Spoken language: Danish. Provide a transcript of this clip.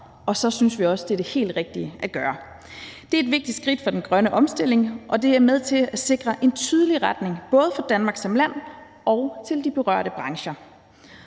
og så synes vi også, det er det helt rigtige at gøre. Det er et vigtigt skridt for den grønne omstilling, og det er med til at sikre en tydelig retning, både for Danmark som land og for de berørte brancher.